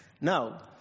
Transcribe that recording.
Now